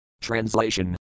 Translation